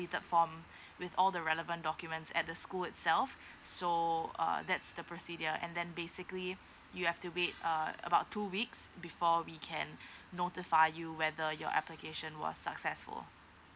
completed form with all the relevant documents at the school itself so uh that's the procedure and then basically you have to wait uh about two weeks before we can notify you whether your application was successful